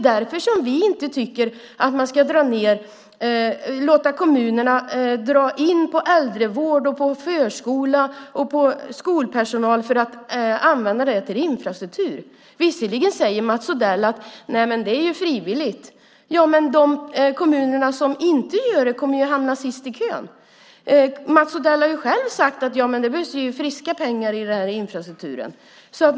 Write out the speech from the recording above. Därför tycker vi heller inte att man ska låta kommunerna dra in på äldrevård, förskola och skolpersonal för att använda pengarna till infrastruktur. Visserligen säger Mats Odell att det är frivilligt om man gör det, men de kommuner som inte gör det kommer ju att hamna sist i kön. Mats Odell har själv sagt att det behövs friska pengar i den här infrastrukturen.